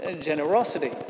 generosity